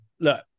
Look